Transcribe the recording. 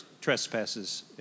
trespasses